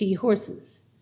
horses